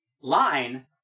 line